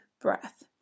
breath